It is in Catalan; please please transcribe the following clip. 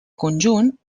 conjunt